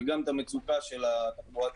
וגם את המצוקה של התחבורה הציבורית.